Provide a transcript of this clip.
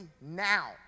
now